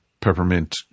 peppermint